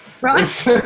Right